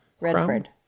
Redford